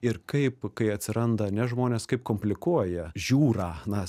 ir kaip kai atsiranda nežmonės kaip komplikuoja žiūrą na